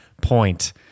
point